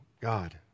God